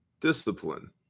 Discipline